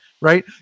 right